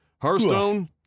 hearthstone